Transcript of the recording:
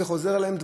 זה חוזר אליהם,